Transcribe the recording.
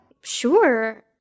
Sure